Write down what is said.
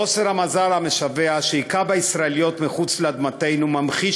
חוסר המזל המשווע שהכה בישראליות מחוץ לאדמתנו ממחיש